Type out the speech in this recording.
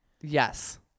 Yes